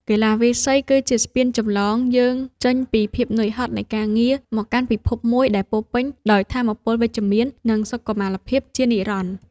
កីឡាវាយសី គឺជាស្ពានចម្លងយើងចេញពីភាពហត់នឿយនៃការងារ មកកាន់ពិភពមួយដែលពោរពេញដោយថាមពលវិជ្ជមាន និងសុខុមាលភាពជានិរន្តរ៍។